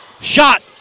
shot